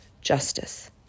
justice